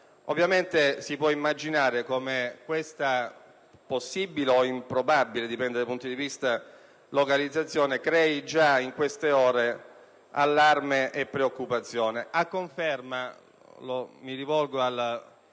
anni '70. Si può immaginare come questa possibile - o improbabile: dipende dai punti di vista - localizzazione crei già in queste ore allarme e preoccupazione, a conferma - mi rivolgo al